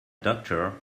doctor